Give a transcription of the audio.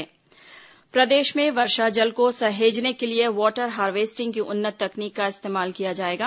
वर्षा जल संचय प्रदेश में वर्षा जल को सहेजने के लिए वाटर हार्वेस्टिंग की उन्नत तकनीक का इस्तेमाल किया जाएगा